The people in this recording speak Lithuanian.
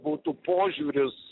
butų požiūris